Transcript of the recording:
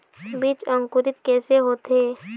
बीज अंकुरित कैसे होथे?